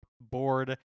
board